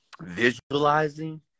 visualizing